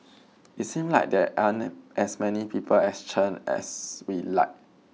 it seem like there aren't as many people as Chen as we'd like